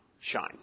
shine